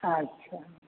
अच्छा